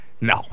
no